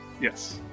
Yes